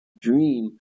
dream